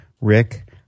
Rick